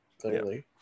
clearly